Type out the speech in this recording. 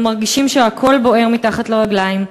אנו מרגישים שהכול בוער מתחת לרגליים,